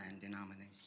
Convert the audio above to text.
denomination